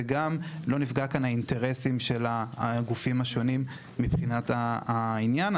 וגם לא נפגע באינטרסים של הגופים השונים מבחינת העניין.